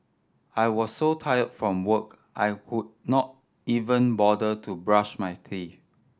I was so tired from work I could not even bother to brush my teeth